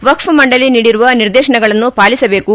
ವಕ್ಷ್ ಮಂಡಳಿ ನೀಡಿರುವ ನಿರ್ದೇತನಗಳನ್ನು ಪಾಲಿಸಬೇಕು